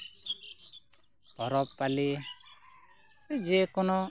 ᱯᱚᱨᱚᱵᱽ ᱯᱟᱹᱞᱤ ᱡᱮᱠᱳᱱᱳ